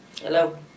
Hello